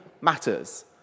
matters